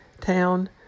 town